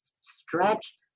stretch